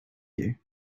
you